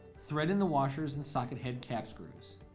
thread in the washers and socket head cap screws.